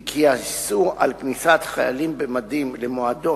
היא כי האיסור על כניסת חיילים במדים למועדון,